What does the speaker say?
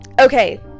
okay